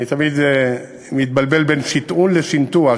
אני תמיד מתבלבל בין שטעון לשנטוע.